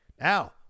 Now